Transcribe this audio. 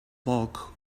bulk